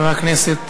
היושב-ראש.